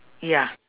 ya